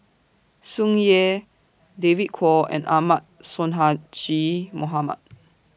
Tsung Yeh David Kwo and Ahmad Sonhadji Mohamad